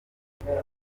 urizewe